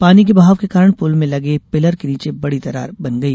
पानी के बहाव के कारण पुल में लगे पिलर के नीचे बड़ी दरार बन गई